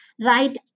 Right